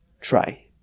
try